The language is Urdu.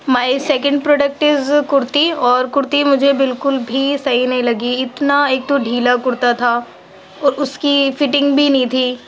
my second product is kurti اور كُرتی مجھے بالكل بھی صحیح نہیں لگی اتنا ایک تو ڈھیلا كُرتا تھا اور اُس كی فٹینگ بھی نہیں تھی